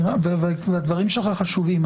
הדברים שלך חשובים.